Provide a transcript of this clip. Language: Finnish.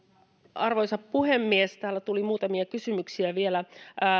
arvoisa puhemies täällä tuli muutamia kysymyksiä vielä